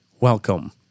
welcome